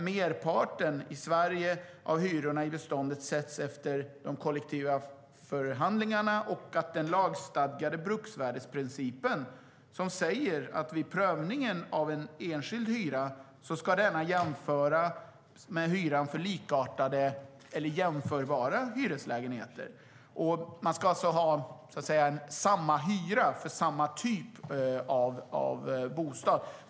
Merparten av hyrorna i Sveriges bestånd sätts efter de kollektiva förhandlingarna, och den lagstadgade bruksvärdesprincipen säger att vid prövningen av en enskild hyra ska denna jämföras med hyran för likartade eller jämförbara hyreslägenheter. Man ska alltså ha samma hyra för samma typ av bostad.